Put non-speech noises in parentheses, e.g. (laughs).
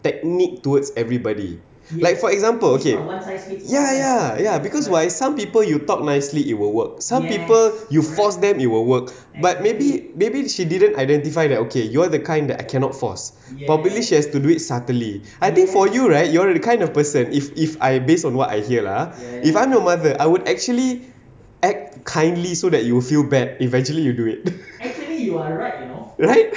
technique towards everybody like for example okay ya ya ya because why some people you talk nicely it will work some people you force them it will work but maybe maybe she didn't identify that okay you are the kind that I cannot force probably she has to do it subtly I think for you right you are the kind of person if if I based on what I hear lah ah if I'm you're mother I would actually act kindly so that you will feel bad eventually you do it (laughs) right